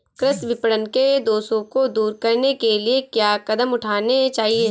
कृषि विपणन के दोषों को दूर करने के लिए क्या कदम उठाने चाहिए?